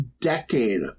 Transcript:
decade